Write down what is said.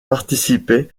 participait